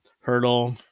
Hurdle